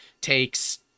takes